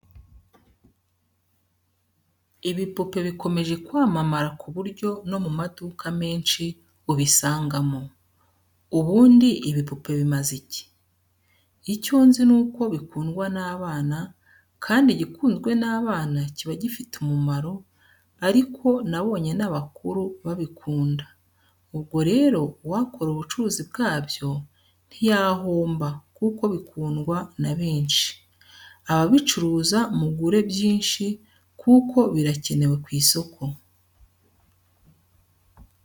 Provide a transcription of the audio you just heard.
Ibipupe bikomeje kwamamara ku buryo no mu maduka menshi ubisangamo. Ubundi ibipupe bimaze iki? Icyo nzi nuko bikundwa n'abana kandi igikunzwe n'abana kiba gifite umumaro, ariko nabonye n'abakuru babikunda, ubwo rero uwakora ubucuruzi bwabyo ntiyahomba kuko bikundwa na benshi, ababicuruza mugure byinshi kuko birakenewe ku isoko.